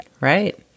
Right